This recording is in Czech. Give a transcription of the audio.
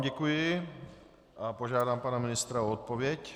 Děkuji vám a požádám pana ministra o odpověď.